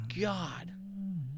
God